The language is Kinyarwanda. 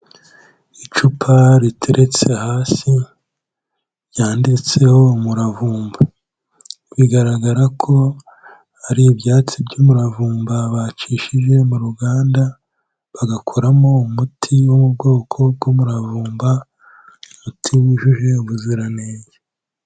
Icupa riteretse hasi ryanditseho umuravumba. Bigaragara ko ari ibyatsi by'umuravumba bacishije mu ruganda, bagakoramo umuti wo mu bwoko bw'umuravumba, umuti wujuje ubuziranenge.